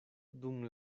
dum